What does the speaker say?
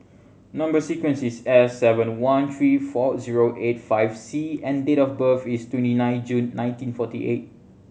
number sequence is S seven one three four zero eight five C and date of birth is twenty nine June nineteen forty eight